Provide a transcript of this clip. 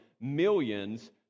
millions